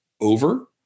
over